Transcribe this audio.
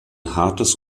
hartes